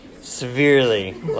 severely